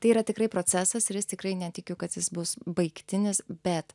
tai yra tikrai procesas ir jis tikrai netikiu kad jis bus baigtinis bet